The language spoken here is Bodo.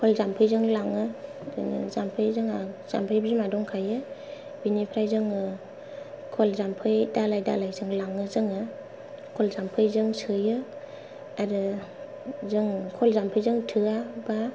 खल जाम्फैजों लाङो बिदिनो जाम्फै जोंहा जाम्फै बिमा दंखायो बिनिफ्राय जोङो खल जाम्फै दालाय दालायजों लाङो जोङो खल जामफैजों सोयो आरो जोङो खल जाम्फैजों थोआबा